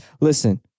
Listen